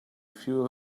few